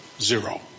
zero